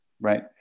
right